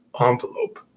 envelope